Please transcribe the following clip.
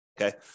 Okay